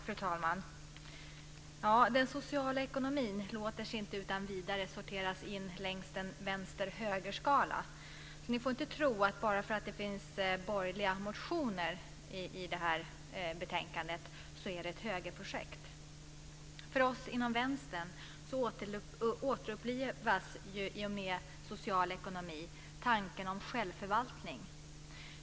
Fru talman! Den sociala ekonomin låter sig inte utan vidare sorteras in på en vänster-höger-skala. Ni får alltså inte tro att detta, bara därför att det finns borgerliga motioner i fråga om det här betänkandet, är ett högerprojekt. I och med detta med social ekonomi återupplivas för oss inom vänstern tanken om självförvaltning.